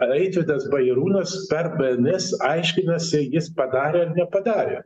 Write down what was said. eitvydas bajarūnas per bns aiškinasi jis padarė ar nepadarė